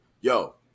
yo